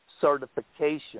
certification